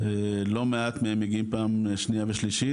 לא מעט מהם מגיעים פעם שנייה ושלישית,